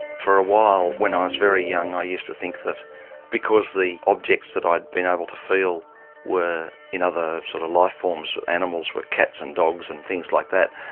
for a while when i was very young i used to think that because the objects that i had been able to feel were in other sort of life forms, animals were cats and dogs and things like that,